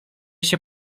się